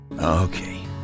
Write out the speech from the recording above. Okay